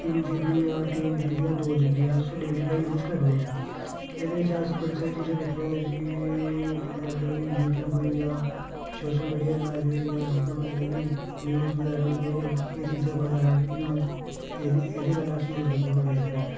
तिन G B जां तीन जी बी जां दो जी बी अस डेली दा यूज करने आं एह्दे च अस बड़ी सारी चीज़ां दिक्खने होन्ने आं मतलब कि यूट्यूब होई गेआ कि सोशल मीडिया बगैरा होई गेआ जियां मतलब कि न्यूज़ बगैरा होई गेइयां एह्दे च एह् चीज़ां बगैरा अस यूज एह्दी एह्दी गल्ला अस यूज करने होन्ने वाई फाई